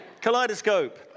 Kaleidoscope